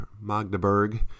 Magdeburg